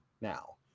now